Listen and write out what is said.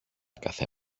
κάθε